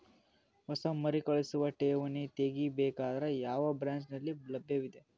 ಹೊಸ ಮರುಕಳಿಸುವ ಠೇವಣಿ ತೇಗಿ ಬೇಕಾದರ ಯಾವ ಬ್ರಾಂಚ್ ನಲ್ಲಿ ಲಭ್ಯವಿದೆ?